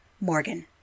Morgan